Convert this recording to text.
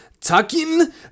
Takin